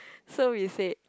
so we said